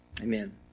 Amen